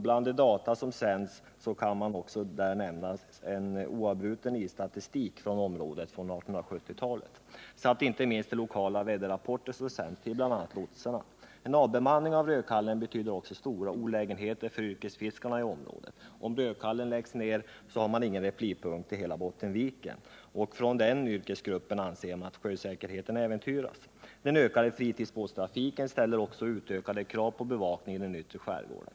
Bland de data som sänds vidare till SMHI kan nämnas en från 1870 oavbruten isstatistik från området samt inte minst de lokala väderrapporter som sänds till bl.a. lotsarna. En avbemanning av Rödkallen betyder också stora olägenheter för yrkesfiskarna i området. Om Rödkallen läggs ner har man ingen replipunkt i hela Bottenviken, och denna yrkesgrupp anser därför att sjösäkerheten äventyras. Också den växande fritidsbåtstrafiken ställer utökade krav på bevakning i den yttre skärgården.